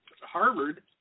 Harvard